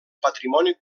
patrimoni